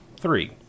three